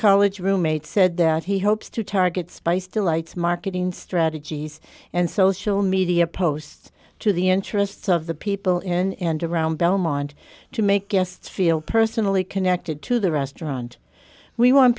college roommate said that he hopes to target spice delights marketing strategies and social media posts to the interests of the people in and around belmont to make guests feel personally connected to the restaurant we want